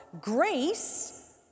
grace